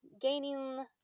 gaining